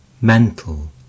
mental